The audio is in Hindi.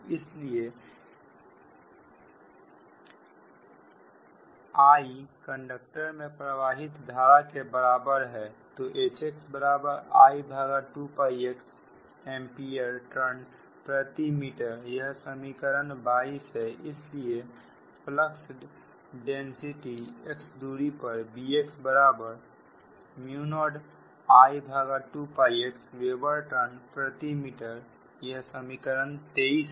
इसलिए I कंडक्टर में प्रवाहित धारा के बराबर है तो HxI2x एंपीयर टर्न प्रति मीटर यह समीकरण 22 है इसलिए फलक्स डेंसिटी x दूरी पर Bx0I2x वेबर टर्न प्रति मीटर यह समीकरण 23 है